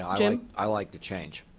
um i like the change.